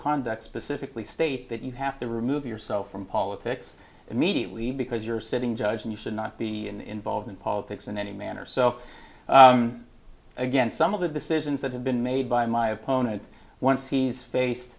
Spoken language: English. conduct specifically state that you have to remove yourself from politics immediately because you're sitting judge and you should not be an involved in politics in any manner so again some of the decisions that have been made by my opponent once he's